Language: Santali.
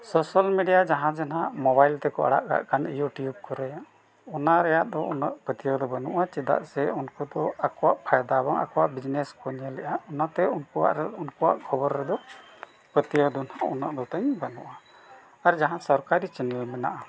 ᱥᱳᱥᱟᱞ ᱢᱤᱰᱤᱭᱟ ᱡᱟᱦᱟᱸ ᱡᱮᱦᱟᱸᱜ ᱢᱳᱵᱟᱭᱤᱞ ᱛᱮᱠᱚ ᱟᱲᱟᱜ ᱠᱟᱜ ᱠᱟᱱ ᱤᱭᱩᱴᱩᱵᱽ ᱠᱚᱨᱮ ᱚᱱᱟ ᱨᱮᱭᱟᱜ ᱫᱚ ᱩᱱᱟᱹᱜ ᱯᱟᱹᱛᱭᱟᱹᱣ ᱫᱚ ᱵᱟᱹᱱᱩᱜᱼᱟ ᱪᱮᱫᱟᱜ ᱥᱮ ᱩᱱᱠᱩ ᱫᱚ ᱟᱠᱚᱣᱟᱜ ᱯᱷᱟᱭᱫᱟ ᱵᱟᱝ ᱟᱠᱚᱣᱟᱜ ᱵᱤᱡᱽᱱᱮᱥ ᱠᱚ ᱧᱮᱞᱮᱜᱼᱟ ᱚᱱᱟᱛᱮ ᱩᱱᱠᱩᱣᱟᱜ ᱨᱮ ᱩᱱᱠᱩᱣᱟᱜ ᱠᱷᱚᱵᱚᱨ ᱨᱮᱫᱚ ᱯᱟᱹᱛᱭᱟᱹᱣ ᱫᱚ ᱱᱟᱦᱟᱜ ᱩᱱᱟᱹᱜ ᱫᱚᱧ ᱵᱟᱹᱱᱩᱜᱼᱟ ᱟᱨ ᱡᱟᱦᱟᱸ ᱥᱚᱨᱠᱟᱨᱤ ᱪᱮᱱᱮᱞ ᱢᱮᱱᱟᱜᱼᱟ